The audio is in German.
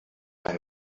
eine